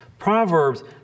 Proverbs